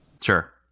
Sure